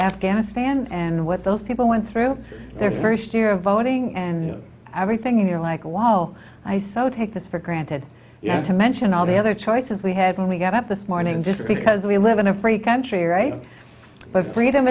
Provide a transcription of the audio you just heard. afghanistan and what those people went through their first year of voting and everything you're like whoa i so take this for granted you have to mention all the other choices we had when we got up this morning just because we live in a free country right but freedom